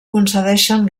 concedeixen